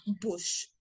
bush